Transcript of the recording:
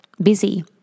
busy